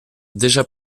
déjà